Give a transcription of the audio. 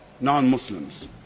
non-Muslims